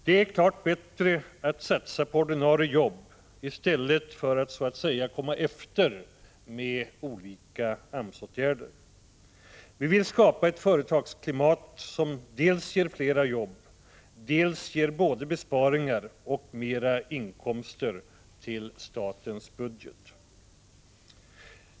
Det är klart bättre att satsa på ordinarie jobb än att så att säga komma efter med olika AMS åtgärder. Vi vill skapa ett företagsklimat som dels ger fler jobb, dels ger både besparingar och mer inkomster i statens budget.